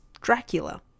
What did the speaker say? Dracula